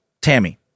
Tammy